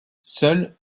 seules